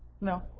No